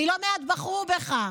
כי לא מעט בחרו בך.